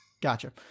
Gotcha